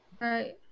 Right